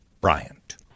Bryant